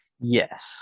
Yes